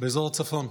באזור הצפון.